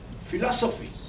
philosophies